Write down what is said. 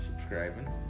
subscribing